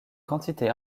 quantité